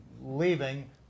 leaving